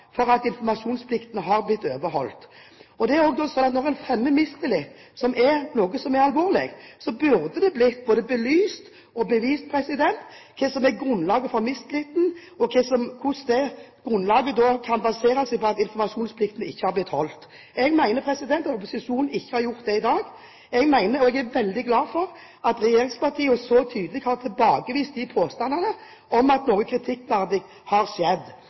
begrunnet med informasjonsplikten. Jeg mener at regjeringspartiene har redegjort grundig i dag for at informasjonsplikten har blitt overholdt. Det er også slik at når en fremmer mistillit, som er alvorlig, burde det blitt både belyst og bevist hva som er grunnlaget for mistilliten, og hvordan det grunnlaget kan basere seg på at informasjonsplikten ikke har blitt holdt. Jeg mener at opposisjonen ikke har gjort det i dag. Jeg mener – og er veldig glad for – at regjeringspartiene tydelig har tilbakevist påstandene om at noe kritikkverdig har skjedd.